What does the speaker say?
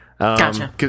Gotcha